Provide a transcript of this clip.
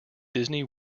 disney